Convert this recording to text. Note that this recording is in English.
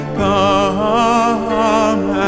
come